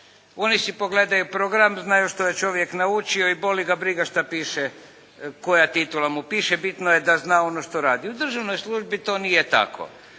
Oni si pogledaju program, znaju što je čovjek naučio i boli ga briga koja titula mu piše, bitno je da zna ono šta radi. U državnoj službi to nije tako.